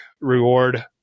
reward